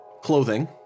clothing